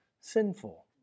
sinful